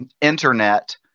internet